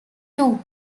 two